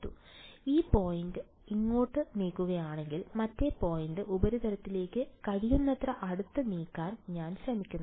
ഞാൻ ഈ പോയിന്റ് ഇങ്ങോട്ട് നീക്കുകയാണെങ്കിൽ മറ്റേ പോയിന്റ് ഉപരിതലത്തിലേക്ക് കഴിയുന്നത്ര അടുത്ത് നീങ്ങാൻ ഞാൻ ശ്രമിക്കുന്നു